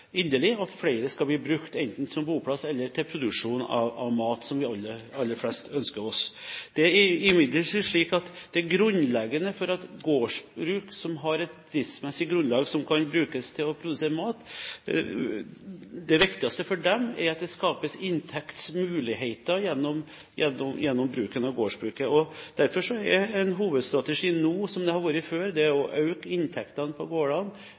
inderlig at flere skal bli brukt, enten som boplass eller til produksjon av mat, som vi aller helst ønsker oss. Det er imidlertid slik at det grunnleggende for at gårdsbruk har et driftsmessig grunnlag for å produsere mat – det viktigste for dem – er at det skapes inntektsmuligheter gjennom bruken. Derfor er en hovedstrategi nå som før: å øke inntektene på gårdene,